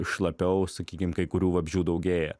šlapiau sakykim kai kurių vabzdžių daugėja